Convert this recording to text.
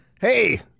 Hey